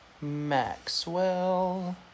Maxwell